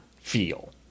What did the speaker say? feel